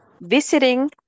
visiting